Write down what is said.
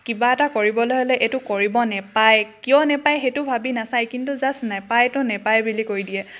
কিবা এটা কৰিবলৈ হ'লে এইটো কৰিব নাপায় কিয় নাপায় সেইটো ভাবি নাচায় কিন্তু জাষ্ট নাপায়টো নাপায় বুলি কৈ দিয়ে